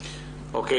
בסדר.